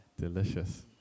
Delicious